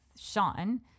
sean